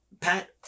Pat